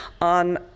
on